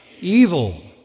Evil